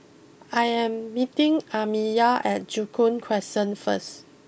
I am meeting Amiyah at Joo Koon Crescent first